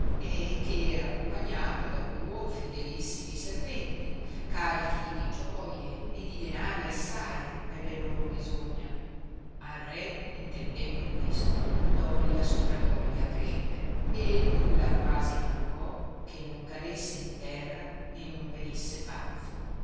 e che era accompagnato da duo fìdelissimi serventi carichi di gioie e di danari assai per le loro bisogna al re intendendo questo doglia sopra doglia crebbe e nulla quasi mancò che non cadesse in terra e non venisse pazzo